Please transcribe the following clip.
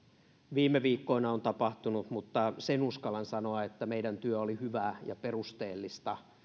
viime viikkoina on tapahtunut mutta sen uskallan sanoa että meidän työmme oli hyvää ja perusteellista